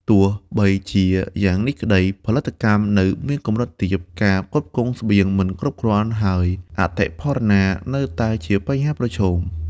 ទោះបីជាយ៉ាងនេះក្ដី ផលិតកម្មនៅមានកម្រិតទាប ការផ្គត់ផ្គង់ស្បៀងមិនគ្រប់គ្រាន់ ហើយអតិផរណានៅតែជាបញ្ហាប្រឈម ។